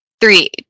Three